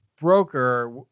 broker